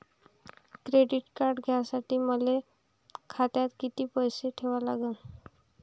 Credit card घ्यासाठी मले खात्यात किती पैसे ठेवा लागन?